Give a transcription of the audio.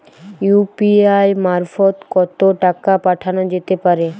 UPI মারফত কত টাকা পাঠানো যেতে পারে?